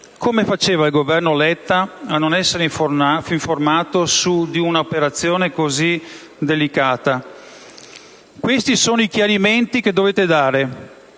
Come faceva il Governo Letta a non essere informato su un'operazione così delicata? Questi sono i chiarimenti che dovete dare.